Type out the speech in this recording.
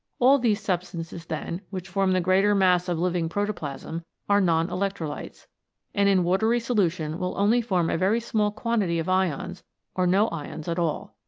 all these substances, then, which form the greater mass of living protoplasm are non-electrolytes, and in watery solution will only form a very small quantity of ions or no ions at all.